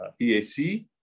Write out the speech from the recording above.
EAC